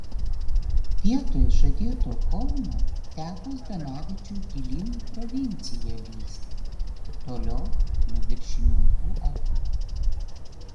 vietoj žadėto kauno teko zdanavičiui gilyn į provinciją lįsti toliau nuo viršininkų akių